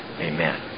amen